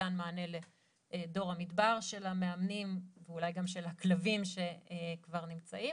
ושניתן מענה לדור המדבר של המאמנים ואולי גם של הכלבים שכבר נמצאים.